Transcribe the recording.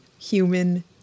human